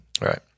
Right